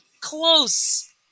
close